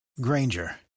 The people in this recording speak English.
Granger